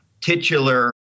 titular